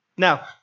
Now